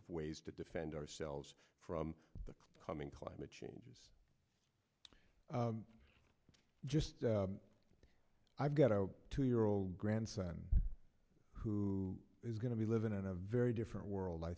of ways to defend ourselves from the coming climate change is just i've got a two year old grandson who is going to be living in a very different world i